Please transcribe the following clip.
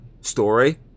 story